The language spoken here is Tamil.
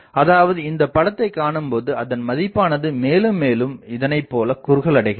அதாவது இந்தப் படத்தைக் காணும்போது அதன் மதிப்பானது மேலும் மேலும் இதனைப் போல் குறுகல்அடைகிறது